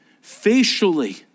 facially